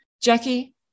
Jackie